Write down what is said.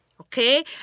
Okay